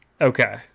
Okay